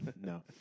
No